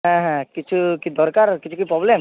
হ্যাঁ হ্যাঁ কিছু কি দরকার কিছু কি প্রবলেম